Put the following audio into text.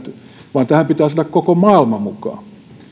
vaan tähän pitää saada koko maailma mukaan